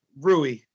Rui